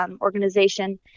organization